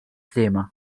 sliema